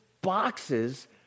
boxes